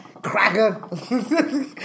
Cracker